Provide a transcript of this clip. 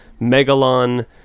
Megalon